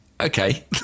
okay